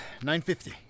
9.50